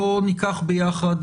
בואו ניקח ביחד,